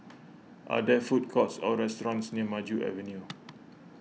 are there food courts or restaurants near Maju Avenue